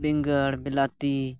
ᱵᱤᱸᱜᱟᱲ ᱵᱤᱞᱟ ᱛᱤ